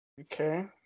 Okay